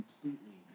completely